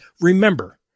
Remember